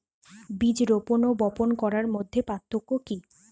বীজ রোপন ও বপন করার মধ্যে পার্থক্য কি?